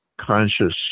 conscious